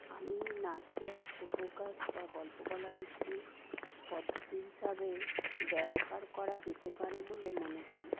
আমি নাচকে আত্মপ্রকাশ বা গল্প বলার একটি পদ্ধতি হিসাবে ব্যবহার করা যেতে পারে বলে মনে করি